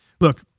Look